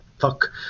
Fuck